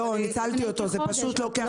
ניצלתי אותו, זה פשוט לוקח זמן.